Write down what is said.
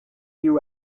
you